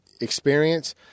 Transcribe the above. experience